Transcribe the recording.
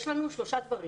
יש לנו שלושה דברים